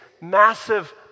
massive